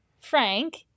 Frank